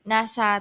Nasa